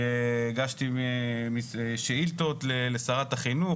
שהגשתי שאילתות לשרת החינוך,